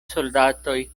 soldatoj